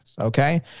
Okay